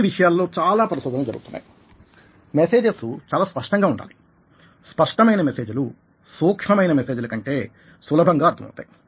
ఈ విషయాలలో చాలా పరిశోధనలు జరుగుతూ ఉన్నాయి మెసేజెస్ చాలా స్పష్టంగా ఉండాలి స్పష్టమైన మెసేజ్ లు సూక్ష్మమైన మెసేజ్ ల కంటే సులభంగా అర్థం అవుతాయి